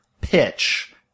pitch